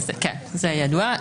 אז כן, זה ידוע.